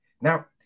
Now